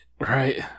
Right